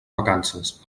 vacances